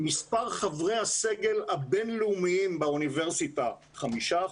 מספר חברי הסגל הבינלאומיים באוניברסיטה 5%,